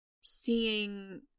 seeing